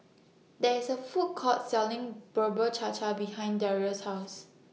There IS A Food Court Selling Bubur Cha Cha behind Darius' House